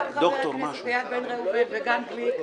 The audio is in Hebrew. גם חבר הכנסת איל בן ראובן וגם גליק,